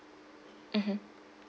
mmhmm